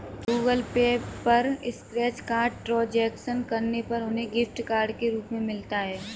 Google Pay पर scratch card transaction करने पर उन्हें गिफ्ट कार्ड के रूप में मिलता है